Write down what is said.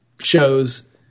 shows